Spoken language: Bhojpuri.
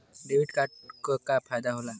डेबिट कार्ड क का फायदा हो ला?